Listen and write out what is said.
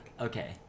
Okay